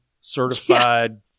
certified